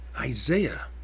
Isaiah